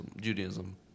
Judaism